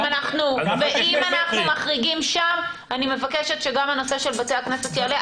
אם אנחנו מחריגים שם אני מבקשת שגם הנושא של בתי הכנסת יעלה.